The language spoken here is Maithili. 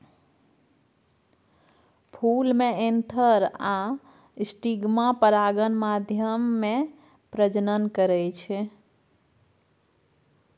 फुल मे एन्थर आ स्टिगमा परागण माध्यमे प्रजनन करय छै